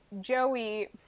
Joey